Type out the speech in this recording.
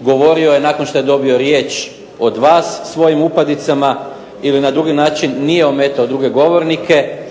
govorio je nakon što je dobio riječ od vas. Svojim upadicama ili na drugi način nije ometao druge govornike,